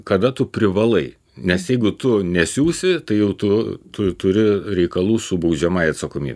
kada tu privalai nes jeigu tu nesiųsi tai jau tu tu turi reikalų su baudžiamąja atsakomybe